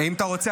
אם אתה רוצה,